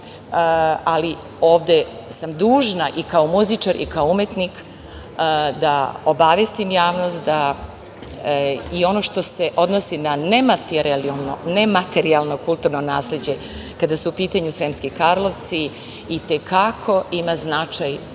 ali ovde sam dužna i kao muzičar i kao umetnik da obavestim javnost da i ono što se odnosi na nematerijalno kulturno nasleđe, kada su u pitanju Sremski Karlovci, i te kako ima značaj